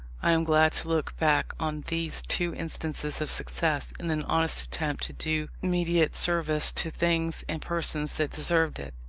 i am glad to look back on these two instances of success in an honest attempt to do mediate service to things and persons that deserved it.